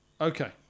Okay